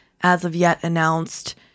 as-of-yet-announced